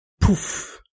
poof